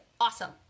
awesome